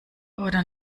oder